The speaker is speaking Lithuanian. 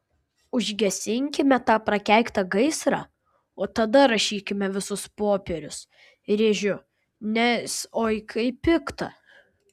užgesinkime tą prakeiktą gaisrą o tada rašykime visus popierius rėžiu nes oi kaip pikta